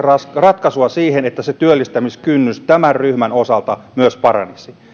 ratkaisua siihen että työllistämiskynnys tämän ryhmän osalta myös paranisi